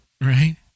Right